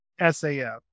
SAF